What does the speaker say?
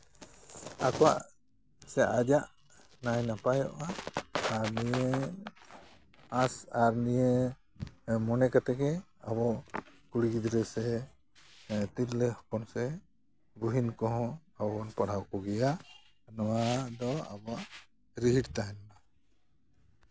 ᱟᱠᱚᱣᱟᱜ ᱥᱮ ᱟᱡᱟᱜ ᱱᱟᱭ ᱱᱟᱯᱟᱭᱚᱜᱼᱟ ᱟᱨ ᱱᱤᱭᱟᱹ ᱟᱥ ᱟᱨ ᱱᱤᱭᱟᱹ ᱢᱚᱱᱮ ᱠᱟᱛᱮ ᱜᱮ ᱟᱵᱚ ᱠᱩᱲᱤ ᱜᱤᱫᱽᱨᱟᱹ ᱥᱮ ᱛᱤᱨᱞᱟᱹ ᱦᱚᱯᱚᱱ ᱥᱮ ᱵᱩᱦᱤᱱ ᱠᱚᱦᱚᱸ ᱟᱵᱚ ᱵᱚᱱ ᱯᱟᱲᱦᱟᱣ ᱠᱚ ᱜᱮᱭᱟ ᱱᱚᱣᱟ ᱫᱚ ᱟᱵᱚᱣᱟᱜ ᱨᱤᱦᱤᱴ ᱛᱟᱦᱮᱱ ᱢᱟ